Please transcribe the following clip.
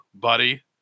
buddy